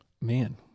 Man